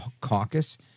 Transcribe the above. Caucus